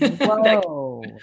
Whoa